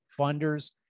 funders